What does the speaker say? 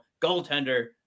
goaltender